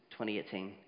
2018